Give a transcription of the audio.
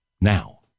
now